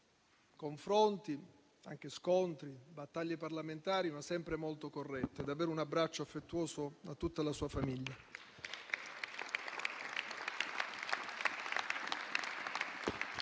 scontri e anche di battaglie parlamentari, ma sempre molto corretti. Davvero rivolgiamo un abbraccio affettuoso a tutta la sua famiglia.